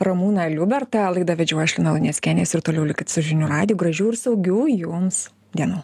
ramūną liubertą laidą vedžiau aš lina luneckienė jūs ir toliau likit su žinių radiju gražių ir saugių jums dienų